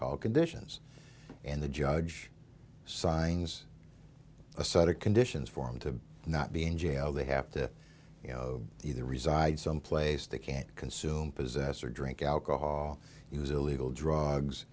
call conditions and the judge signs a set of conditions for him to not be in jail they have to you know the they reside someplace they can't consume possess or drink alcohol use illegal drugs